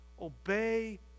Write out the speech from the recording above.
obey